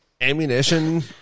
ammunition